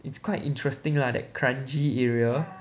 it's quite interesting lah that Kranji area